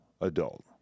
adult